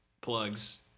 plugs